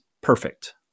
perfect